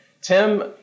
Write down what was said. Tim